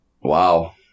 Wow